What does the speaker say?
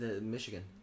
Michigan